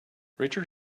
richard